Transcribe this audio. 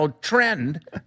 trend